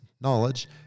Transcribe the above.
knowledge